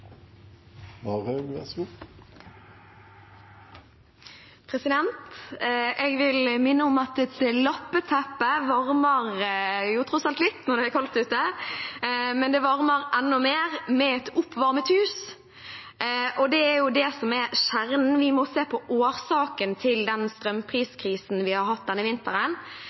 Jeg vil minne om at et lappeteppe varmer litt, tross alt, når det er kaldt ute, men det varmer enda mer med et oppvarmet hus, og det er jo det som er kjernen. Vi må se på årsaken til den strømpriskrisen vi har hatt denne vinteren